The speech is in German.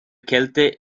kälte